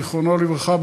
זיכרונו לברכה,